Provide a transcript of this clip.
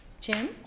Jim